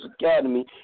Academy